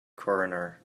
coroner